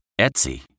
Etsy